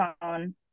phone